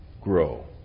grow